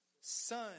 son